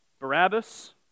Barabbas